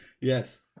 Yes